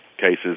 cases